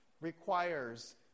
requires